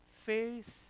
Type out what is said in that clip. Faith